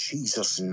Jesus